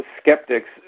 skeptics